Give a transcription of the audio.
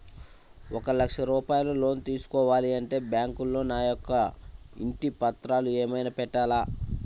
ఒక లక్ష రూపాయలు లోన్ తీసుకోవాలి అంటే బ్యాంకులో నా యొక్క ఇంటి పత్రాలు ఏమైనా పెట్టాలా?